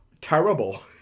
terrible